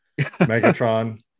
megatron